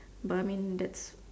but I mean that's